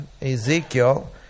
Ezekiel